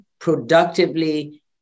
productively